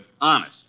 honest